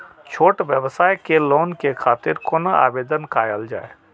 छोट व्यवसाय के लोन के खातिर कोना आवेदन कायल जाय?